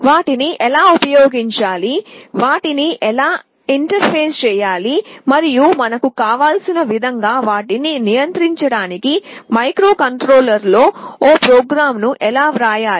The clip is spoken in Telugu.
వాటిని ఎలా ఉపయోగించాలి వాటిని ఎలా ఇంటర్ఫేస్ చేయాలి మరియు మనకు కావలసిన విధంగా వాటిని నియంత్రించడానికి మైక్రోకంట్రోలర్లో ఒక ప్రోగ్రామ్ను ఎలా వ్రాయాలి